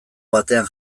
batean